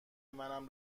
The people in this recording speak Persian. منم